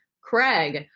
Craig